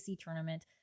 tournament